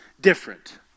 different